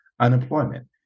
unemployment